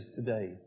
today